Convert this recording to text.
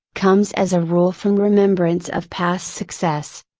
comes as a rule from remembrance of past success.